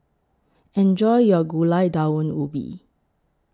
Enjoy your Gulai Daun Ubi